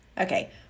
Okay